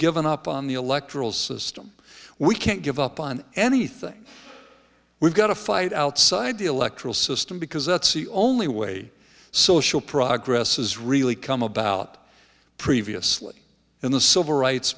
given up on the electoral system we can't give up on anything we've got to fight outside the electoral system because that's the only way social progress has really come about previously in the civil rights